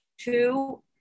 two